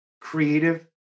creative